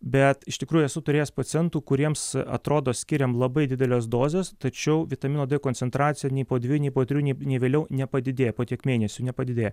bet iš tikrųjų esu turėjęs pacientų kuriems atrodo skiriam labai dideles dozes tačiau vitamino d koncentracija nei po dviejų nei po trijų nei vėliau nepadidėja po tiek mėnesių nepadidėja